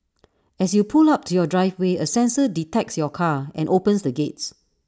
as you pull up to your driveway A sensor detects your car and opens the gates